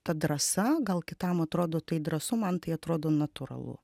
ta drąsa gal kitam atrodo tai drąsu man tai atrodo natūralu